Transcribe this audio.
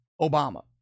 Obama